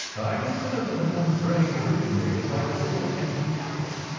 i consider that a man's brain originally is like a little empty attic,